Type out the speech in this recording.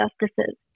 justices